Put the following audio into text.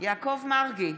יעקב מרגי,